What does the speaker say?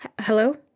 hello